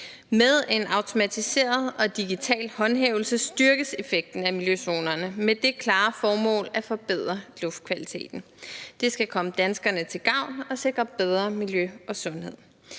Med en automatiseret og digital håndhævelse styrkes effekten af miljøzonerne med det klare formål at forbedre luftkvaliteten. Det skal komme danskerne til gavn og sikre bedre miljø og sundhed.